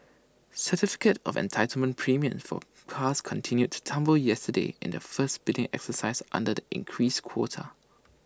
certificate of entitlement premiums for cars continued to tumble yesterday in the first bidding exercise under the increased quota